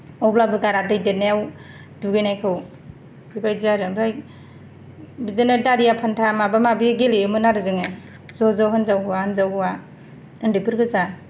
अब्लाबो गारा दै गेलेनायाव दुगैनायखौ बेबायदि आरो ओमफाय बिदिनो दारिया फान्था माबा माबि गेलेयोमोन आरो जोङो ज' ज' हिनजाव हौवा हिनजाव हौवा उन्दैफोर गोजा